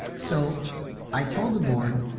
so i told the board,